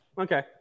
Okay